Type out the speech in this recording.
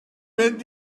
mynd